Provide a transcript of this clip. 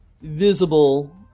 visible